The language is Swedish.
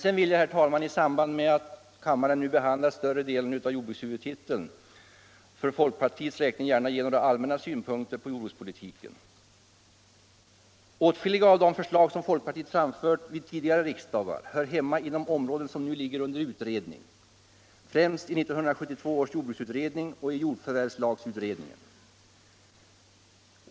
Sedan vill jag, herr talman, i samband med att kammaren nu behandlar större delen av jordbrukshuvudtiteln för folkpartiets räkning gärna ge några allmänna synpunkter på jordbrukspolitiken. Åtskilliga av de förslag som folkpartiet framfört vid tidigare riksdagar hör hemma inom områden som nu ligger under utredning, främst av 1972 års jordbruksutredning och av jordförvärvsutredningen.